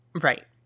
right